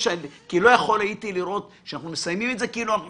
אני לא יכול לראות שאנחנו מסיימים את זה כאילו אנחנו